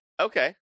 Okay